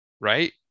Right